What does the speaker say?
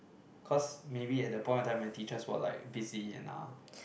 cause maybe at that point of time my teachers were like busy and all